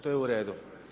To je u redu.